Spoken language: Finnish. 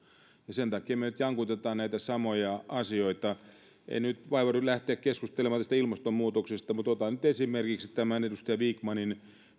sen takia me nyt jankutamme näitä samoja asioita en nyt vaivaudu lähtemään keskustelemaan ilmastonmuutoksesta mutta otan nyt esimerkiksi tämän edustaja vikmanin